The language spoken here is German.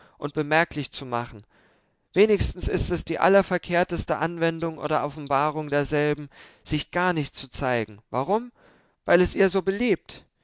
und bemerklich zu machen wenigstens ist es die allerverkehrteste anwendung oder offenbarung derselben sich gar nicht zu zeigen warum weil es ihr so beliebt